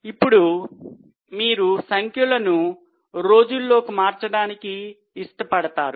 ఇప్పుడు మీరు సంఖ్యలను రోజుల్లోకి మార్చడానికి ఇష్టపడతారు